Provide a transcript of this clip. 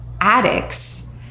addicts